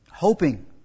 hoping